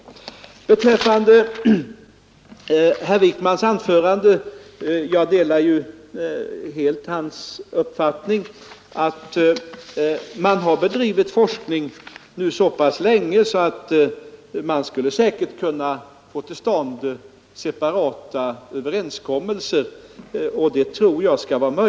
Vad beträffar herr Wijkmans anförande delar jag helt hans uppfattning att det numera har bedrivits forskning så pass länge att man skulle kunna få till stånd separata överenskommelser.